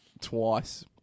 twice